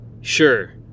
sure